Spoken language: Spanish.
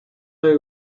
del